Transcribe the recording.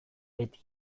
beti